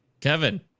Kevin